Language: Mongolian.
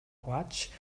угааж